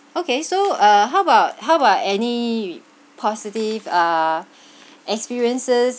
okay so uh how about how about any positive uh experiences